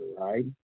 right